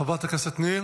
חברת הכנסת ניר,